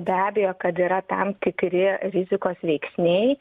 be abejo kad yra tam tikri rizikos veiksniai